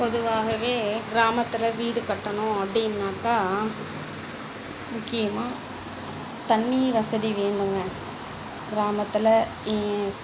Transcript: பொதுவாகவே கிராமத்தில் வீடு கட்டணும் அப்படின்னாக்கா முக்கியமா தண்ணி வசதி வேணுங்கள் கிராமத்தில்